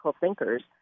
thinkers